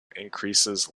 increases